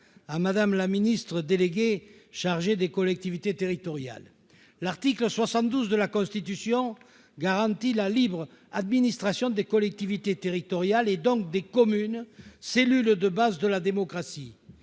à Mme la ministre déléguée chargée des collectivités territoriales, qui est absente. L'article 72 de la Constitution garantit la libre administration des collectivités territoriales, donc des communes, cellules de base de la démocratie.